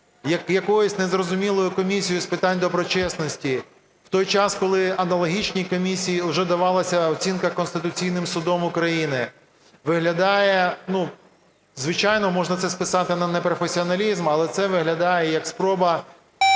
якоюсь незрозумілою Комісією з питань доброчесності в той час, коли аналогічній комісії вже давалася оцінка Конституційним Судом України, виглядає... Звичайно, можна це списати на непрофесіоналізм, але це виглядає як спроба